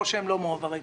לא שהם לא מועברים.